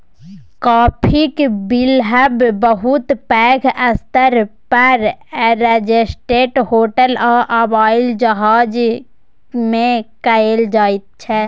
काफीक बिलहब बहुत पैघ स्तर पर रेस्टोरेंट, होटल आ हबाइ जहाज मे कएल जाइत छै